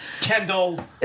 Kendall